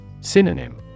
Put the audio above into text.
Synonym